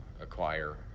acquire